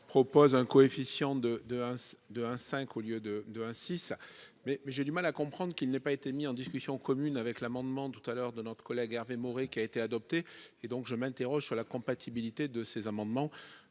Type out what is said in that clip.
proposent un coefficient de, de, de 1 5 au lieu de 2 1 6 mais mais j'ai du mal à comprendre qu'il n'ait pas été mis en discussion commune avec l'amendement tout à l'heure de notre collègue Hervé Maurey, qui a été adopté et donc je m'interroge sur la compatibilité de ces amendements,